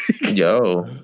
Yo